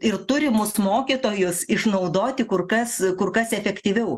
ir turimus mokytojus išnaudoti kur kas kur kas efektyviau